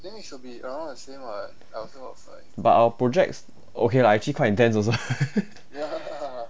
but our projects okay lah actually quite intense also